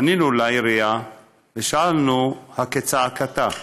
פנינו לעירייה ושאלנו: הכצעקתה?